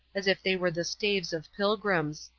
as if they were the staves of pilgrims.